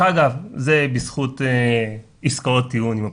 דרך אגב, זה בזכות עסקאות טיעון עם הפרקליטות.